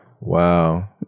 Wow